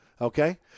okay